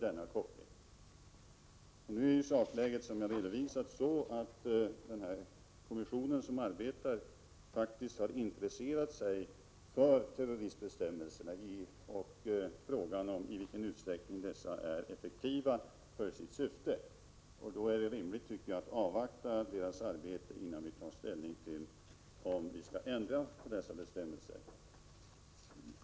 Sakläget är, som jag redovisade, sådant att den kommission som arbetar med ärendet faktiskt har intresserat sig för terroristbestämmelserna och frågan i vilken utsträckning dessa är effektiva med tanke på deras syfte. Då är det rimligt att avvakta kommissionens arbete innan vi tar ställning till om bestämmelserna skall ändras.